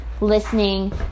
listening